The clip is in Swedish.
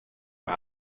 och